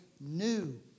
new